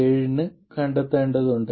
7 ന് കണ്ടെത്തേണ്ടതുണ്ട്